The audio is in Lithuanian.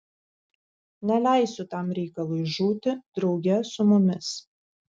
neleisiu tam reikalui žūti drauge su mumis